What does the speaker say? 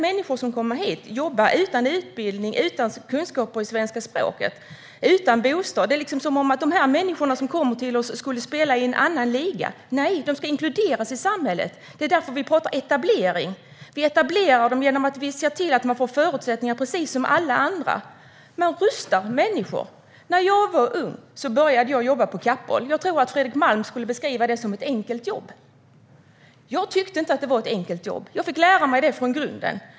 Människor som kommer hit ska såklart inte jobba utan utbildning, utan kunskaper i svenska språket och utan bostad. Det är som om de människor som kommer till oss skulle spela i en annan liga. Nej, de ska inkluderas i samhället. Det är därför vi pratar etablering. Vi etablerar dem genom att se till att de får förutsättningar precis som alla andra. Människor rustas. När jag var ung började jag jobba på Kapp Ahl. Jag tror att Fredrik Malm skulle beskriva det som ett enkelt jobb. Jag tyckte inte att det var ett enkelt jobb. Jag fick lära mig det från grunden.